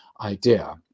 idea